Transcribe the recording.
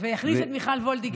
ויכניס את מיכל וולדיגר.